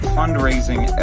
fundraising